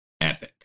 epic